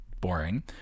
boring